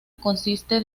consiste